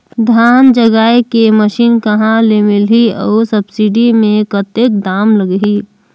धान जगाय के मशीन कहा ले मिलही अउ सब्सिडी मे कतेक दाम लगही?